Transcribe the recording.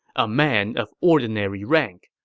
a man of ordinary rank,